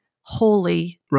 holy